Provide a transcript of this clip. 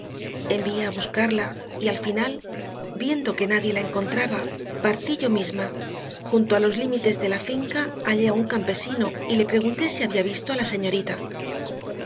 envié a buscarla y al final viendo que nadie la encontraba partí yo misma junto a los límites de la finca hallé a un campesino y le pregunté si había visto a la señorita